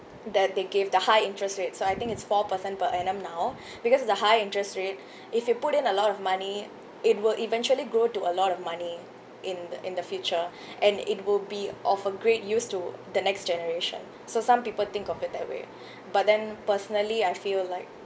that they gave the high interest rate so I think it's four percent per annum now because the high interest rate if you put in a lot of money it will eventually grow to a lot of money in in the future and it will be of a great use to the next generation so some people think of it that way but then personally I feel like